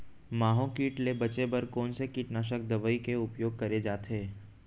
माहो किट ले बचे बर कोन से कीटनाशक दवई के उपयोग करे जाथे?